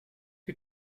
que